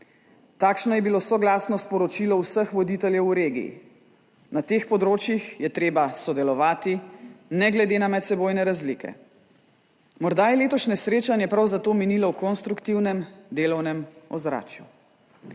Takšno je bilo soglasno sporočilo vseh voditeljev v regiji. Na teh področjih je treba sodelovati ne glede na medsebojne razlike. Morda je letošnje srečanje prav zato minilo v konstruktivnem, delovnem ozračju.